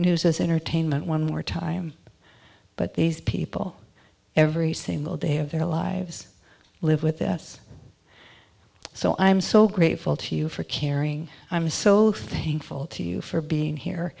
news as entertainment one more time but these people every single day of their lives live with us so i am so grateful to you for caring i'm so thankful to you for being here